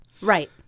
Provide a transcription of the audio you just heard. right